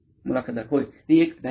मुलाखतदार होय ती एक डायरी आहे